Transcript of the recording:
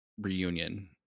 reunion